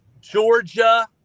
Georgia –